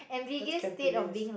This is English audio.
that's Cantonese